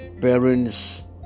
parents